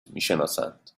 میشناسند